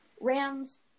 Rams